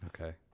Okay